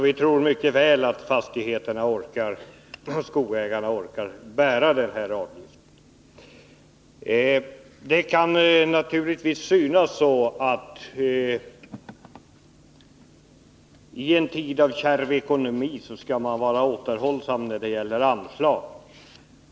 Vi tror därför att fastigheterna och skogsägarna mycket väl orkar bära den här avgiften. Det kan naturligtvis synas så, att man i en tid av kärv ekonomi skall vara återhållsam när det gäller anslag.